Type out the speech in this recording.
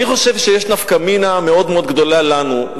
אני חושב שיש נפקא מינה מאוד מאוד גדולה לנו,